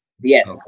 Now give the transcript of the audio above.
Yes